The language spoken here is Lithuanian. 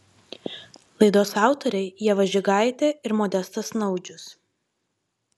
laidos autoriai ieva žigaitė ir modestas naudžius